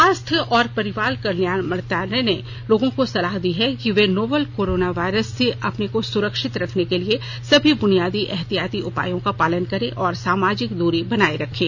स्वास्थ्य और परिवार कल्याण मंत्रालय ने लोगों को सलाह दी है कि वे नोवल कोरोना वायरस से अपने को सुरक्षित रखने के लिए सभी बुनियादी एहतियाती उपायों का पालन करें और सामाजिक दूरी बनाए रखें